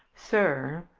sir,